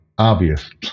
obvious